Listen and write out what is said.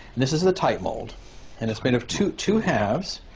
this is the type mould and it's made of two two halves,